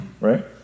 right